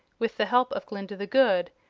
with the help of glinda the good,